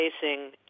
facing